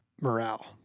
morale